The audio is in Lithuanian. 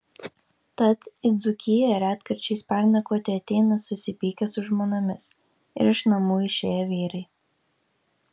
tad į dzūkiją retkarčiais pernakvoti ateina susipykę su žmonomis ir iš namų išėję vyrai